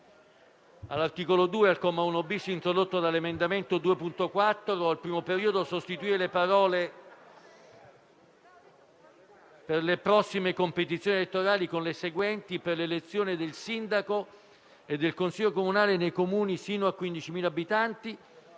All'articolo 2, comma 1-*bis,* introdotto dall'emendamento 2.4, al primo periodo, si propone di sostituire le parole: «per le prossime competizioni elettorali» con le seguenti: «per l'elezione del sindaco e del consiglio comunale nei Comuni fino a 15.000 abitanti»;